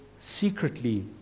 secretly